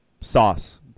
Sauce